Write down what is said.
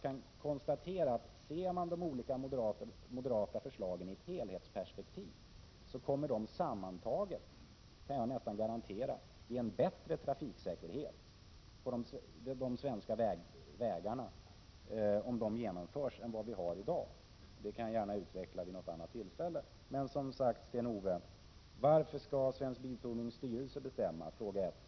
1987/88:21 Jag kan konstatera att om man ser de olika moderata förslagen i ett 11 november 1987 FENTEtSpe pe ktiv kommer de, om de genomförs; sammantaget —det kan jag Trafiksäkerhet och nästan garantera — att ge en bättre trafiksäkerhet än i dag på de svenska u ;& rn z ER trafikföreskrifter vägarna. Detta skall jag gärna utveckla vid ett annat tillfälle. Men, som sagt, Sten-Ove Sundström, varför skall Svensk Bilprovnings styrelse bestämma?